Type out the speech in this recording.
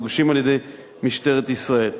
מוגשים על-ידי משטרת ישראל.